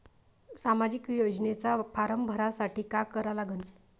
सामाजिक योजनेचा फारम भरासाठी का करा लागन?